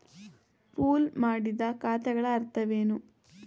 Pool ಮಾಡಿದ ಖಾತೆಗಳ ಅರ್ಥವೇನು?